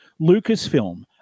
Lucasfilm